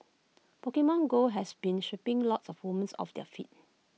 Pokemon go has been sweeping lots of women off their feet